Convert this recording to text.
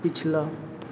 پچھلا